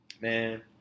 man